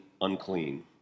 unclean